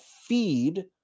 feed